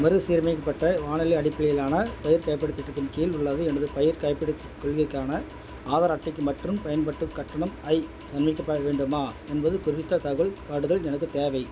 மறுசீரமைக்கப்பட்ட வானிலை அடிப்படையிலான பயிர் காப்பீடுத் திட்டத்தின் கீழ் உள்ளது எனது பயிர்க் காப்பீடுக் கொள்கைக்காக ஆதார் அட்டைக்கு மற்றும் பயன்பாட்டு கட்டணம் ஐ சமர்பிக்கப்பட வேண்டுமா என்பது குறித்த தகவல் காட்டுதல் எனக்குத் தேவை